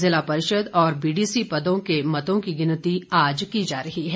जिला परिषद और बीडीसी पदों के मतों की गिनती आज की जा रही है